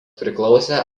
priklausė